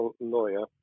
lawyer